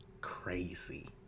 crazy